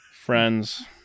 friends